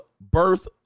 birth